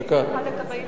דקה.